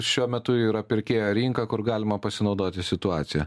šiuo metu yra pirkėjo rinka kur galima pasinaudoti situacija